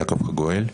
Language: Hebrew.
יעקב חגואל.